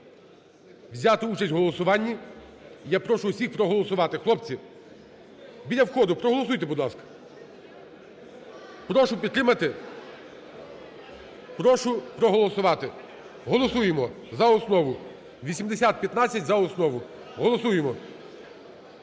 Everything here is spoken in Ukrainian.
взяти участь в голосуванні, я прошу всіх проголосувати. Хлопці, біля входу, проголосуйте, будь ласка. Прошу підтримати, прошу проголосувати. Голосуємо за основу. 8015 за основу голосуємо.